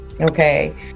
okay